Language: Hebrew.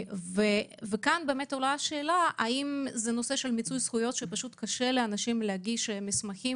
כאן עולה השאלה האם זה הנושא של מיצוי זכויות שקשה לאנשים להגיש מסמכים